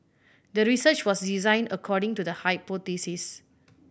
the research was designed according to the hypothesis